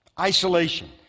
Isolation